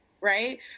right